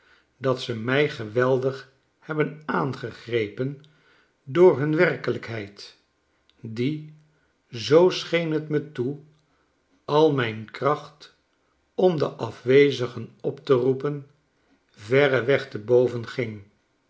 dat ze mij geweldig hebben aangegrepen door hun werkelijkheid die zoo scheen t me toe al mijn kracht om de afwezigen op te roepen verreweg te boven ging